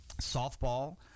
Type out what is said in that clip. softball